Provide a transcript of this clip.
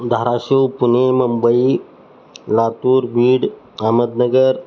Dharashiv Pune Mumbai Latur Beed Ahmednagar